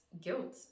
guilt